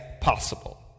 possible